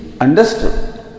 understood